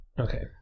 Okay